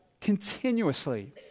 continuously